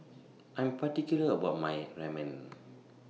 I Am particular about My Ramen